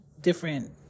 different